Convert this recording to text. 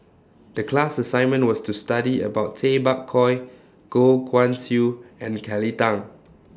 The class assignment was to study about Tay Bak Koi Goh Guan Siew and Kelly Tang